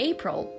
April